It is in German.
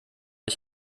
ich